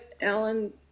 Alan